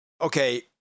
okay